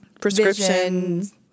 prescriptions